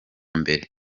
mbere